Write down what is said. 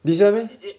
this year meh